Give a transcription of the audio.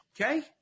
okay